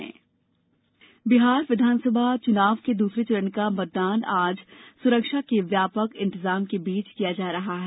बिहार मतदान बिहार विधानसभा चुनाव के दूसरे चरण का मतदान आज सुरक्षा के व्यापक इंतजाम के बीच किया जा रहा है